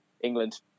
England